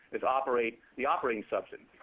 is operate the operating subsidy.